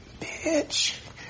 bitch